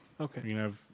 Okay